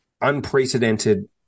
unprecedented